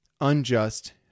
unjust